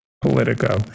Politico